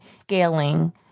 scaling